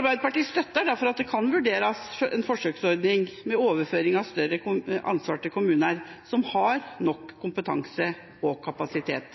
Arbeiderpartiet støtter derfor at det kan vurderes en forsøksordning med overføring av større ansvar til kommuner som har nok kompetanse og kapasitet.